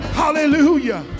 hallelujah